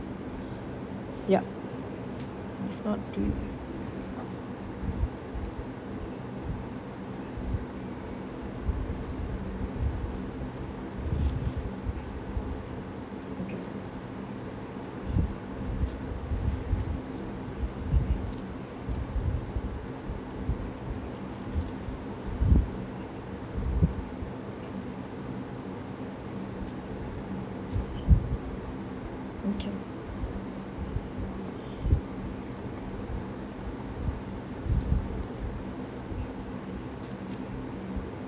ya not three okay okay